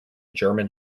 german